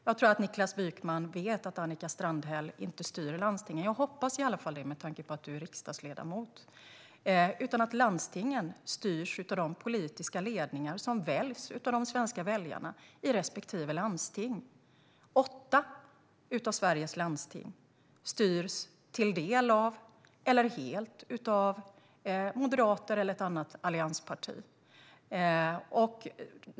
Jag tror att Niklas Wykman vet att Annika Strandhäll inte styr landstingen - jag hoppas i alla fall det med tanke på att han är riksdagsledamot - utan att landstingen styrs av de politiska ledningar som väljs av de svenska väljarna i respektive landsting. Åtta av Sveriges landsting styrs till del eller helt av moderater eller ett annat alliansparti.